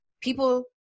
people